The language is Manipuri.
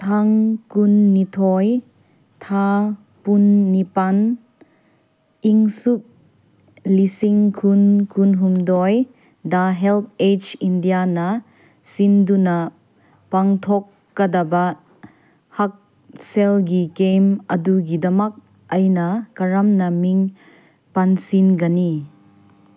ꯇꯥꯡ ꯀꯨꯟꯅꯤꯊꯣꯏ ꯊꯥ ꯀꯨꯝꯅꯤꯄꯥꯟ ꯏꯪꯁꯣꯛ ꯂꯤꯁꯤꯡ ꯀꯨꯟ ꯀꯨꯟꯍꯨꯝꯗꯣꯏꯗ ꯍꯦꯜ ꯑꯦꯖ ꯏꯟꯗꯤꯌꯥꯅ ꯁꯤꯟꯗꯨꯅ ꯄꯥꯡꯊꯣꯛꯀꯗꯕ ꯍꯛꯁꯦꯜꯒꯤ ꯀꯦꯝ ꯑꯗꯨꯒꯤꯗꯃꯛ ꯑꯩꯅ ꯀꯔꯝꯅ ꯃꯤꯡ ꯄꯥꯟꯁꯤꯟꯒꯅꯤ